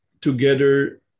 together